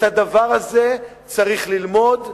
את הדבר הזה צריך ללמוד,